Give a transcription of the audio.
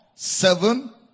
seven